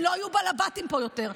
הם לא יהיו בעלבתים פה יותר,